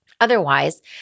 Otherwise